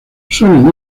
suelen